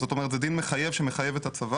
זאת אומרת שזה דין מחייב שמחייב את הצבא.